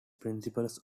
principles